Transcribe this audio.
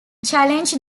challenge